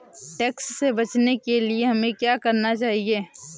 Tax से बचने के लिए हमें क्या करना चाहिए?